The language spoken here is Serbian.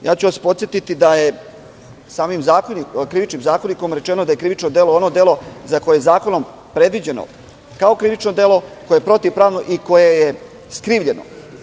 Podsetiću vas da je samim Krivičnim zakonikom rečeno da je krivično delo ono delo za koje je zakonom predviđeno krivično delo koje je protivpravno i koje je skrivljeno.